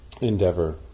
endeavor